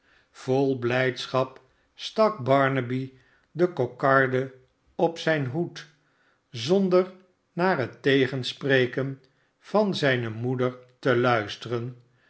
vol blijdschap stak barnaby de kokarde op zijn hoed zonder naar het tegenspreken van zijne moeder te luisteren